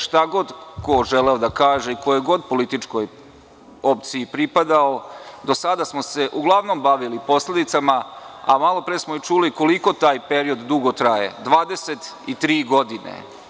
Šta god ko želeo da kaže i kojoj god političkoj opciji pripadao, do sada smo se uglavnom bavili posledicama, a malo pre smo čuli koliko taj period dugo traje – 23 godine.